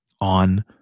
on